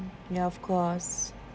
ya of course